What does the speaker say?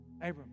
Abram